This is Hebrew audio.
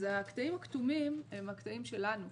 הקטעים הכתומים הם הקטעים שלנו,